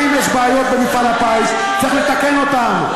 ואם יש בעיות במפעל הפיס, צריך לתקן אותן.